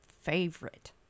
favorite